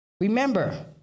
Remember